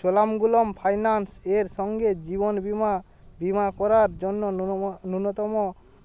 Cholamandalam finance এর সঙ্গে জীবন বিমা বিমা করার জন্য ন্যূন ন্যূনতম